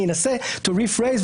אני אנסה לנסח מחדש,